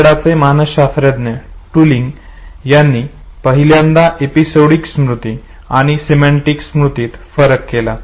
कॅनडाचे मानसशास्त्रज्ञ ट्युलिंग यांनी पहिल्यांदा एपिसोडिक स्मृती आणि सिमेंटिक स्मृतीत फरक केला